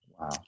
Wow